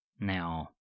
Now